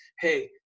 Hey